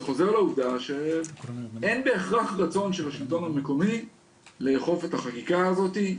זה חוזר לעובדה שאין בהכרח רצון של השלטון המקומי לאכוף את החקיקה הזאת.